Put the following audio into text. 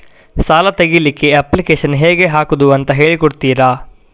ಸಾಲ ತೆಗಿಲಿಕ್ಕೆ ಅಪ್ಲಿಕೇಶನ್ ಹೇಗೆ ಹಾಕುದು ಅಂತ ಹೇಳಿಕೊಡ್ತೀರಾ?